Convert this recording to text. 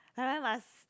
!huh! must